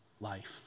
life